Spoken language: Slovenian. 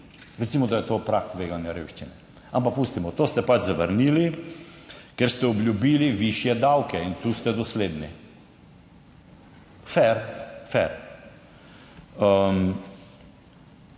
Recimo, da je to prag tveganja revščine. Ampak pustimo, to ste pač zavrnili, ker ste obljubili višje davke. In tu ste dosledni fer, fer.